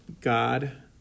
God